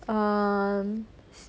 um